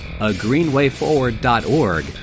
agreenwayforward.org